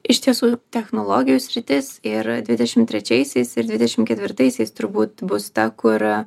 iš tiesų technologijų sritis ir dvidešimt trečiaisiais ir dvidešimt ketvirtaisiais turbūt bus ta kur